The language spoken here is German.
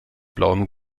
blauem